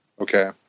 Okay